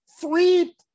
three